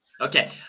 Okay